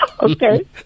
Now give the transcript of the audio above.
okay